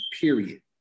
Period